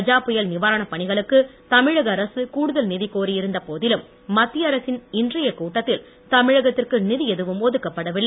கஜா புயல் நிவாரணப் பணிகளுக்கு தமிழக அரசு கூடுதல் நிதி கோரியிருந்த போதிலும் மத்திய அரசின் இன்றைய கூட்டத்தில் தமிழகத்திற்கு நிதி எதுவும் ஒதுக்கப் படவில்லை